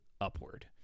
upward